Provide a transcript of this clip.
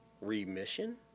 remission